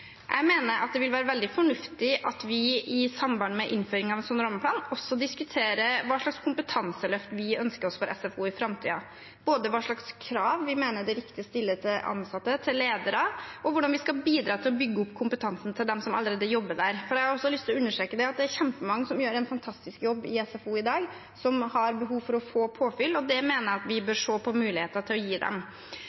Jeg mener det vil være veldig fornuftig at vi i samband med innføringen av en slik rammeplan også diskuterer hva slags kompetanseløft vi ønsker oss for SFO i framtiden – både hva slags krav vi mener det er riktig å stille til ansatte og ledere, og hvordan vi skal bidra til å bygge opp kompetansen til dem som allerede jobber der. Jeg har lyst til å understreke at det er kjempemange som gjør en fantastisk jobb i SFO i dag, som har behov for å få påfyll, og det mener jeg vi